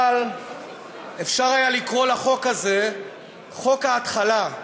אבל אפשר היה לקרוא לחוק הזה חוק ההתחלה,